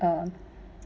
uh